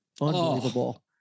unbelievable